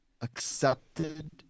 accepted